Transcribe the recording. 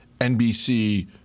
NBC